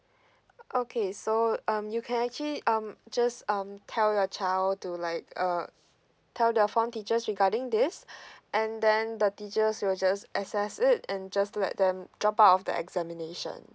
okay so um you can actually um just um tell your child to like uh tell their form teachers regarding this and then the teachers will just assess it and just let them drop out of the examination